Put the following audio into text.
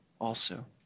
also